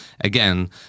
again